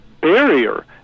barrier